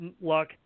luck